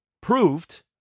proved